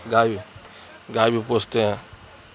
گائے گائے بھی پوستتے ہیں